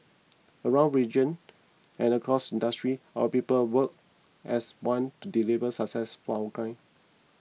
around region and across industries our people work as one to deliver success for our clients